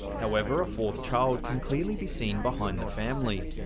however a fourth child can clearly be seen behind the family.